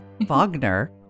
Wagner